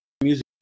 music